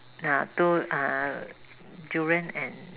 ya two uh durian and